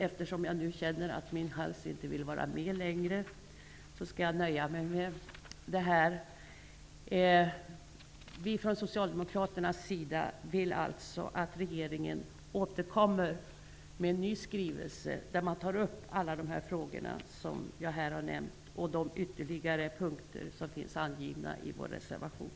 Eftersom jag nu känner att min hals inte längre håller, skall jag nöja mig med det anförda. Vi vill från socialdemokraternas sida att regeringen återkommer med en ny skrivelse, där man tar upp alla de frågor som jag här har nämnt och de ytterligare punkter som är angivna i vår reservation.